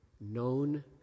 known